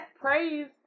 Praise